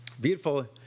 beautiful